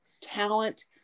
talent